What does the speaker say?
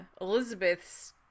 Elizabeth's